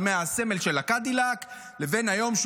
לבין היום,